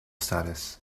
status